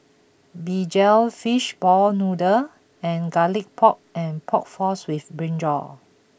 Begedil Fish Ball Noodles and Garlic Pork and Pork Floss with Brinjal